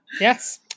Yes